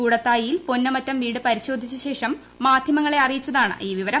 കൂടത്തായിയിൽ പൊന്നമറ്റം വീട് പരിശോക്രീച്ചശേഷം മാധ്യമങ്ങളെ അറിയിച്ചതാണ് ഈ വിവരം